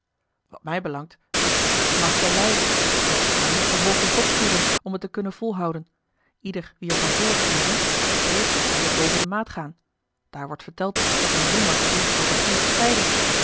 wat mij belangt ik mag t wel lijden mits ze t maar niet te hoog in top voeren om het te kunnen volhouden ieder wie er van hoort en ziet vreest dat ze hier boven de maat gaan daar wordt verteld dat men zondag eerst zal beginnen te scheiden